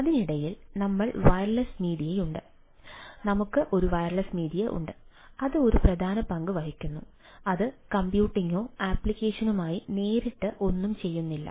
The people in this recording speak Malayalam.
അതിനിടയിൽ നമുക്ക് വയർലെസ് മീഡിയയുണ്ട് അത് ഒരു പ്രധാന പങ്ക് വഹിക്കുന്നു അത് കമ്പ്യൂട്ടിംഗോ അപ്ലിക്കേഷനുമായി നേരിട്ട് ഒന്നും ചെയ്യുന്നില്ല